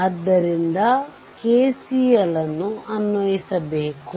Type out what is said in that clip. ಆದ್ದರಿಂದ KCL ಅನ್ನು ಅನ್ವಯಿಸಬೇಕು